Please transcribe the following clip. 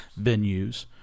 venues